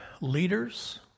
leaders